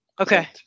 Okay